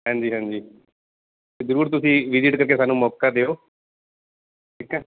ਹਾਂਜੀ ਹਾਂਜੀ ਜ਼ਰੂਰ ਤੁਸੀਂ ਵਿਜਿਟ ਕਰਕੇ ਸਾਨੂੰ ਮੌਕਾ ਦਿਓ ਠੀਕ ਹੈ